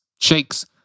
shakes